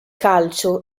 calcio